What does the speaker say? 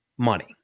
money